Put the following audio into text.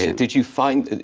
ah did you find,